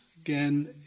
again